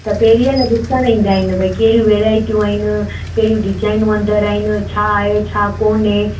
त पहिरीं ऐं न ॾिसण ईंदा आहिनि भाई कहिड़ी वैरायटियूं आहिनि कहिड़ियूं डिजाइनियूं अंदरि आहिनि छा आहे छा कोन्हे